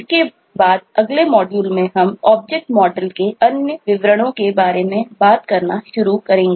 इसके बाद अगले मॉड्यूल में हम ऑब्जेक्ट मॉडल के अन्य विवरणों के बारे में बात करना शुरू करेंगे